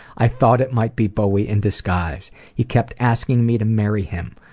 i thought it might be bowie in disguise. he kept asking me to marry him.